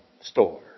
store